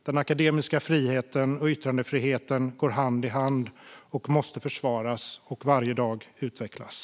Den akademiska friheten och yttrandefriheten går hand i hand och måste försvaras och varje dag utvecklas.